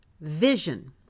vision